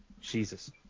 Jesus